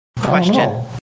Question